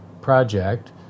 project